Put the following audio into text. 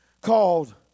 called